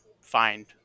find